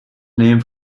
named